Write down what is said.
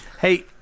hey